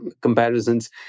comparisons